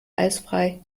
eisfrei